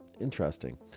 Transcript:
interesting